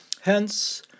Hence